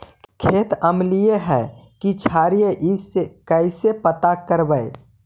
खेत अमलिए है कि क्षारिए इ कैसे पता करबै?